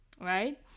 right